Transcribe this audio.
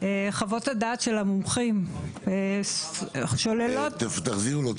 חוות הדעת של המומחים שוללות את